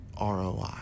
ROI